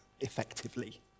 Effectively